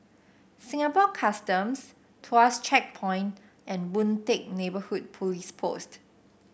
Singapore Customs Tuas Checkpoint and Boon Teck Neighbourhood Police Post